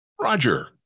Roger